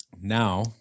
now